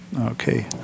Okay